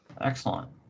Excellent